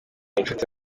inshuti